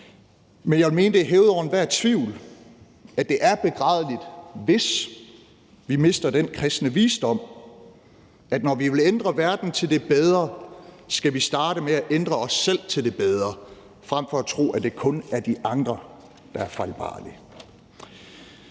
men jeg vil mene, det er hævet over enhver tvivl, at det er begrædeligt, hvis vi mister den kristne visdom, at når vi vil ændre verden til det bedre, skal vi starte med at ændre os selv til det bedre frem for at tro, at det kun er de andre, der er fejlbarlige.